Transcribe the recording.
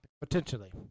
Potentially